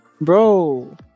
Bro